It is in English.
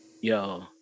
Yo